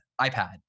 iPad